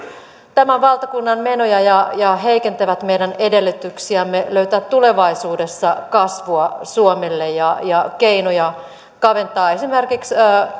tämän valtakunnan menoja ja ja heikentävät meidän edellytyksiämme löytää tulevaisuudessa kasvua suomelle ja ja keinoja kaventaa esimerkiksi